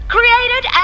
Created